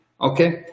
Okay